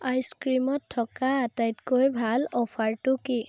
আইচক্ৰীমত থকা আটাইতকৈ ভাল অফাৰটো কি